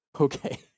Okay